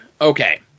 okay